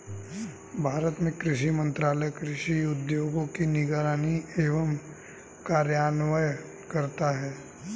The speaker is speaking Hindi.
भारत में कृषि मंत्रालय कृषि उद्योगों की निगरानी एवं कार्यान्वयन करता है